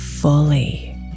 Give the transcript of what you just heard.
fully